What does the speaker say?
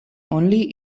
only